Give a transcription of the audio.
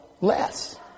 less